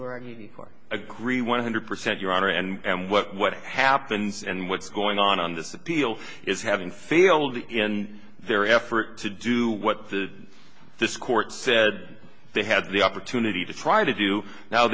you are you agree one hundred percent your honor and what happens and what's going on on this appeal is having failed in their effort to do what the this court said they had the opportunity to try to do now